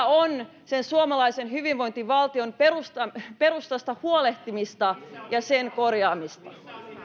on suomalaisen hyvinvointivaltion perustasta huolehtimista ja sen korjaamista